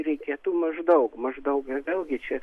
reikėtų maždaug maždaug vėlgi čia